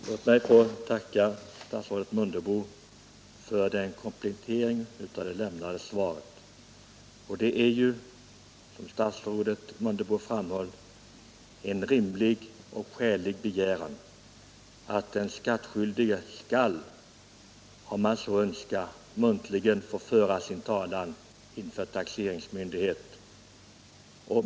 Herr talman! Låt mig få tacka statsrådet Mundebo för denna komplettering av det lämnade svaret. Det är ju, som statsrådet Mundebo framhöll, en rimlig och skälig begäran att den skattskyldige, om han så önskar, muntligen får föra sin talan inför taxeringsmyndighet.